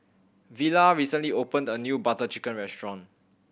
Villa recently opened a new Butter Chicken restaurant